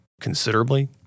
considerably